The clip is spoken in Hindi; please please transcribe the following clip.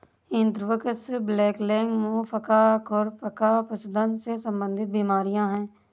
एंथ्रेक्स, ब्लैकलेग, मुंह पका, खुर पका पशुधन से संबंधित बीमारियां हैं